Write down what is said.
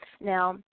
Now